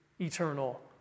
eternal